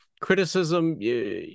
criticism